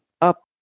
up